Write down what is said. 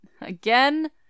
Again